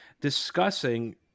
discussing